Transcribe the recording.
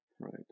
right